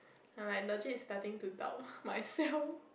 alright legit starting to doubt myself